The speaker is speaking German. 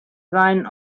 seinen